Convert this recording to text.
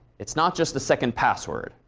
it's not just the second password,